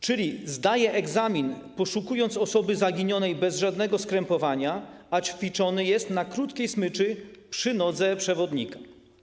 Czyli zdaje on egzamin z poszukiwania osoby zaginionej bez żadnego skrępowania, a ćwiczony jest na krótkiej smyczy przy nodze przewodnika.